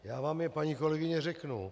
Já vám je, paní kolegyně, řeknu.